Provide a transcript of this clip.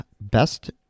best